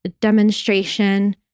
demonstration